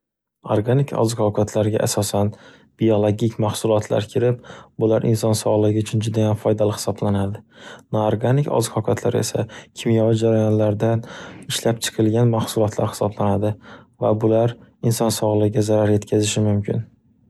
Organik oziq-ovqatlarga asosan biologik mahsulotlar kirib, bular inson sog'ligi uchun juda ham foydali hisoblanadi. Noorganik oziq hokatlar esa kimyoviy jarayonlardan ishlab chiqilgan mahsulotlar hisoblanadi va bular inson sog'ligiga zarar yetkazishi mumkin.